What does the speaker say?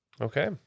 Okay